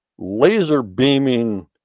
laser-beaming